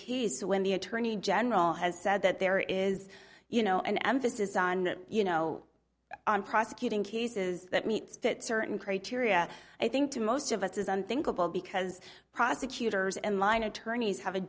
case when the attorney general has said that there is you know an emphasis on that you know on prosecuting cases that meets that certain criteria i think to most of us is unthinkable because prosecutors and line attorneys have a